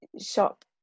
shop